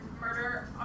murder